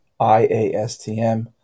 IASTM